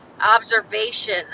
observation